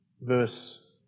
verse